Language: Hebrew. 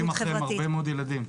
והם מושכים אחריהם הרבה מאוד ילדים.